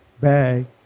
Bag